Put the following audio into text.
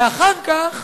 ואחר כך